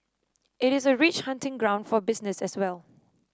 it is a rich hunting ground for business as well